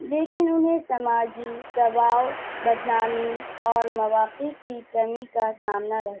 لیکن انہیں سماجی دباؤ بدنامی اور مواقع کی کمی کا سامنا رہتا ہے